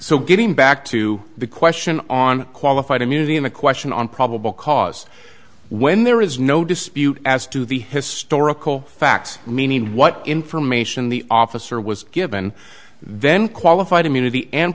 so getting back to the question on qualified immunity in a question on probable cause when there is no dispute as to the historical facts meaning what information the officer was given then qualified immunity and